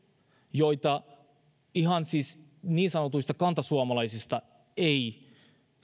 joita ihan niin sanotuista kantasuomalaisista ei